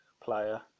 player